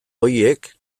horiek